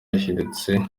yahindutse